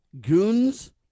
goons